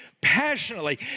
passionately